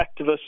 activists